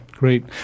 Great